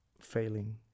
failing